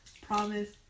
Promise